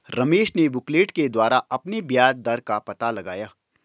रमेश ने बुकलेट के द्वारा अपने ब्याज दर का पता लगाया